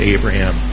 Abraham